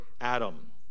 adam